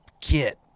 kit